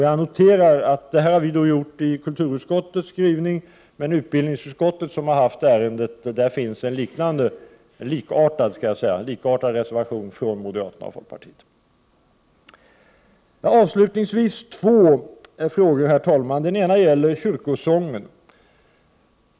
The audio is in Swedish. Jag noterar att detta framkom i kulturutskottets skrivning och att det i utbildningsutskottets skrivning, som också har handlagt ärendet, finns en likartad reservation från moderaterna och folkpartiet. Herr talman! Jag har avslutningsvis två frågor att ta upp. Den ena frågan gäller kyrkosången.